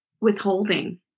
withholding